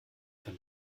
dem